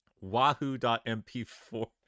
wahoo.mp4